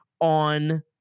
on